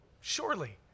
Surely